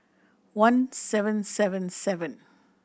one seven seven seven